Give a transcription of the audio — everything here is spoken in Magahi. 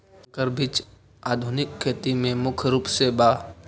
संकर बीज आधुनिक खेती में मुख्य रूप से बा